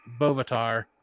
Bovatar